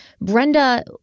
Brenda